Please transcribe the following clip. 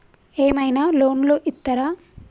ఏమైనా లోన్లు ఇత్తరా?